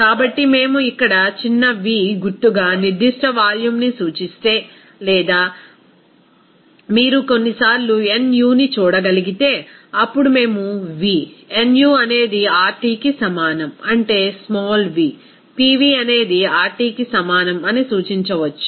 కాబట్టి మేము ఇక్కడ చిన్న v గుర్తుగా నిర్దిష్ట వాల్యూమ్ని సూచిస్తే లేదా మీరు కొన్నిసార్లు nuని చూడగలిగితే అప్పుడు మేము v nu అనేది RTకి సమానం అంటే స్మాల్ v Pv అనేది RTకి సమానం అని సూచించవచ్చు